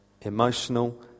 Emotional